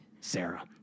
Sarah